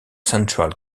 central